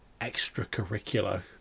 extracurricular